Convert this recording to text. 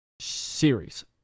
series